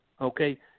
okay